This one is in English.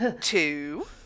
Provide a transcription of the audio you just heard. Two